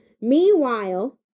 Meanwhile